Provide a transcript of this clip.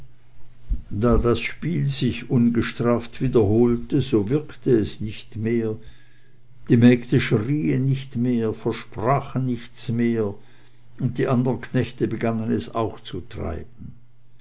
da das spiel sich ungestraft wiederholte so wirkte es nicht mehr die mägde schrien nicht mehr versprachen nichts mehr und die andern knechte begannen es auch zu treiben